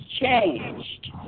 changed